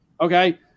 Okay